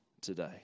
today